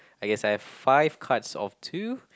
I guess I have five cards of two